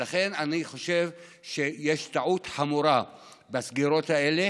אני חושב שיש טעות חמורה בסגירות האלה.